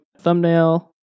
thumbnail